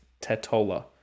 Tatola